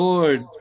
Lord